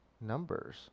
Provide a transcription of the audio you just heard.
numbers